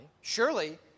surely